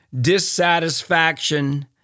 dissatisfaction